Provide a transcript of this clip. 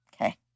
Okay